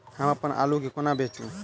हम अप्पन आलु केँ कोना बेचू?